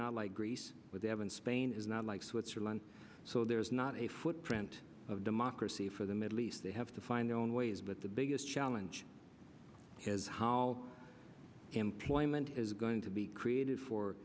not like greece where they haven't spain is not like switzerland so there's not a footprint of democracy for the middle east they have to find their own ways but the biggest challenge has how employment is going to be created for